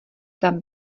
tam